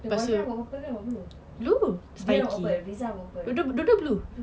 the boyfriend bawa papadom for who dia dah open rizal open